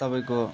तपाईँको